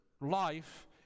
life